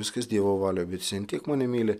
viskas dievo valioj bet jis ant tiek mane myli